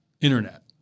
internet